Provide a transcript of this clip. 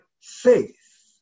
faith